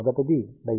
మొదటిది డయోడ్